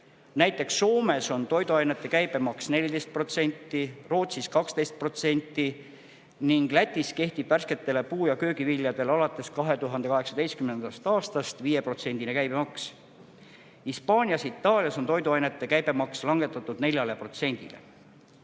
Näiteks on Soomes toiduainete käibemaks 14%, Rootsis 12% ning Lätis kehtib värsketele puu- ja köögiviljadele alates 2018. aastast 5%-line käibemaks. Hispaanias ja Itaalias on toiduainete käibemaks langetatud 4%-le.